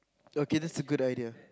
okay that's a good idea